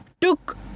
took